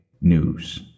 News